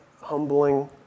humbling